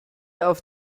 auf